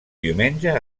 diumenge